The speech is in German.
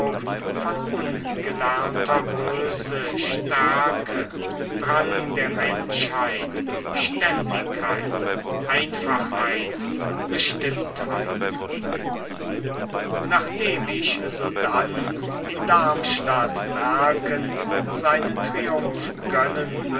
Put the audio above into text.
von ungelernter größe stärke drang der menschheit ständigkeit einfachheit bestimmtheit nachdem ich sodann in darmstadt mercken seinen triumph gönnen